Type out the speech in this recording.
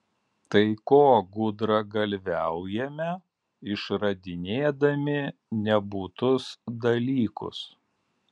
tai ko gudragalviaujame išradinėdami nebūtus dalykus